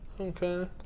Okay